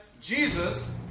Jesus